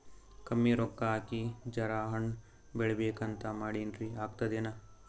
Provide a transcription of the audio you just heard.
ಕಮ್ಮಿ ರೊಕ್ಕ ಹಾಕಿ ಜರಾ ಹಣ್ ಬೆಳಿಬೇಕಂತ ಮಾಡಿನ್ರಿ, ಆಗ್ತದೇನ?